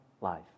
life